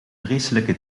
vreselijke